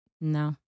No